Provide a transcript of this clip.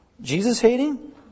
Jesus-hating